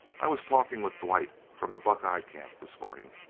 i was talking with dwight, from the buckeye camp, this morning.